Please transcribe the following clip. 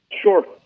Sure